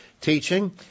teaching